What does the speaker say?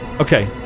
okay